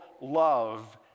love